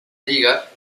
lliga